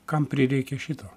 kam prireikė šito